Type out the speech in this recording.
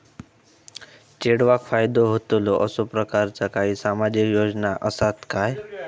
चेडवाक फायदो होतलो असो प्रकारचा काही सामाजिक योजना असात काय?